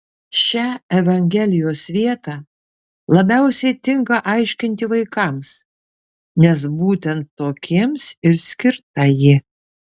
šią evangelijos vietą labiausiai tinka aiškinti vaikams nes būtent tokiems ir skirta ji